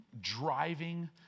driving